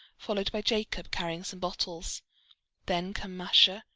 followed by jacob carrying some bottles then come masha,